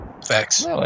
Facts